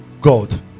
God